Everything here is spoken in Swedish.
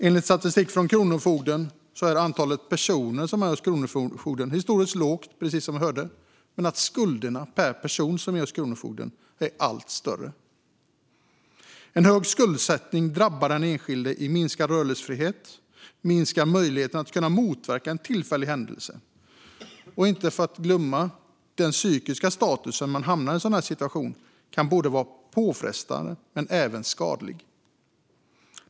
Enligt statistik från Kronofogden är antalet personer som är hos kronofogden historiskt lågt, som vi hörde, men skulderna per person är allt större. Hög skuldsättning drabbar den enskilde genom minskad rörlighetsfrihet och minskad möjlighet att motverka en tillfällig händelse. Och vi ska inte glömma den psykiska statusen när man hamnar i en sådan här situation. Den kan vara både påfrestande och skadlig.